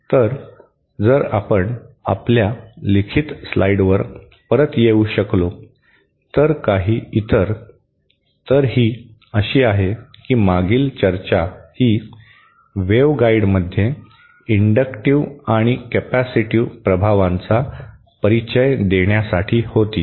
तर जर आपण आपल्या लिखित स्लाइडवर परत येऊ शकलो तर काही इतर तर ही अशी आहे की मागील चर्चा ही वेव्हगाइडमध्ये इंडक्टिव्ह आणि कॅपेसिटिव प्रभावांचा परिचय देण्यासाठी होती